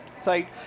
site